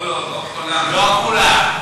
לא לא, לא כולם.